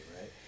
right